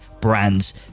brands